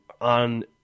on